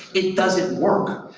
it doesn't work.